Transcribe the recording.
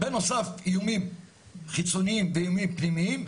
בנוסף, איומים חיצוניים ואיומים פנימיים.